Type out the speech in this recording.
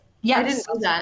Yes